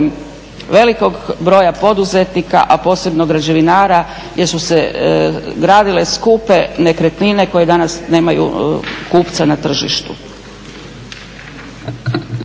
velikog broja poduzetnika a posebno građevinara gdje su se gradile skupe nekretnine koje danas nemaju kupca na tržištu.